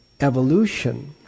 evolution